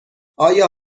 آیا